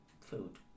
food